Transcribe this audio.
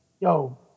Yo